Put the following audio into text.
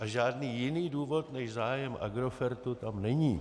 A žádný jiný důvod než zájem Agrofertu tam není.